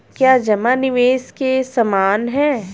क्या जमा निवेश के समान है?